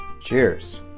Cheers